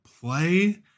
play